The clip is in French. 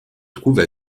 trouve